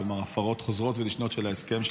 כלומר, הפרות חוזרות ונשנות של ההסכם.